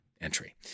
entry